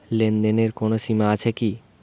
লেনদেনের কোনো সীমা আছে কি?